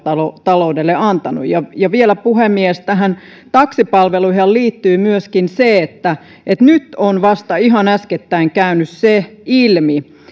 taloudelle antanut ja ja vielä puhemies näihin taksipalveluihinhan liittyy myöskin se että että nyt on vasta ihan äskettäin käynyt ilmi